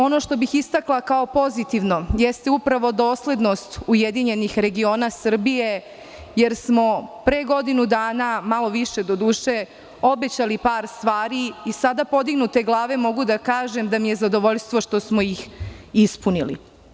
Ono što bih istakla kao pozitivno jeste upravo doslednost URS, jer smo pre godinu dana, malo više doduše, obećali par stvari i sada podignute glave mogu da kažem da mi je zadovoljstvo što smo ih ispunili.